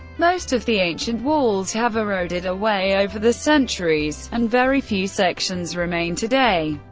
most of the ancient walls have eroded away over the centuries, and very few sections remain today.